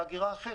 זו הגירה אחרת,